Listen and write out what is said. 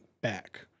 back